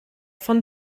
von